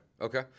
okay